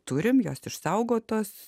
turim jos išsaugotos